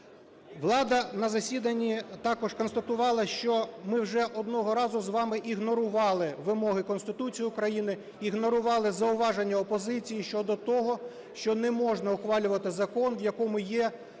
Влада на засіданні також констатувала, що ми вже одного разу з вами ігнорували вимоги Конституції України, ігнорували зауваження опозиції щодо того, що не можна ухвалювати закон, в якому є ознаки